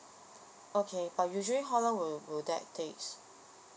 okay but usually how long will will that takes